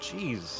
Jeez